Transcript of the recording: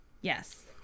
Yes